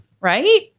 Right